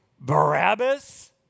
Barabbas